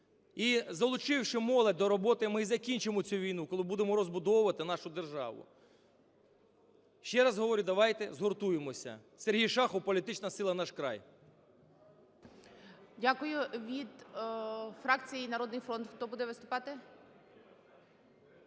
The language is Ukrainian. І, залучивши молодь до роботи, ми закінчимо цю війну, коли будемо розбудовувати нашу державу. Ще раз говорю, давайте згуртуємося. Сергій Шахов, політична сила "Наш край". ГОЛОВУЮЧИЙ. Дякую. Від фракції "Народний фронт" хто буде виступати?